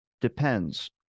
Depends